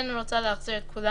ואני כן רוצה להחזיר את כולם